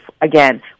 again